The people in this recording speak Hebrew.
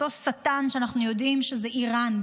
אותו שטן שאנחנו יודעים שזה איראן,